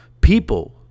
people